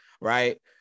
Right